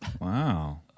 Wow